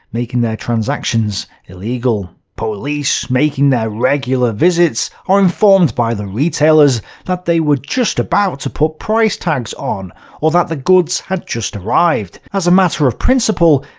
making their transactions illegal. police, making their regular visits, are informed by the retailers that they were just about to put price tags on or that the goods had just arrived. as a matter of principle,